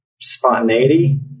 spontaneity